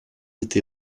été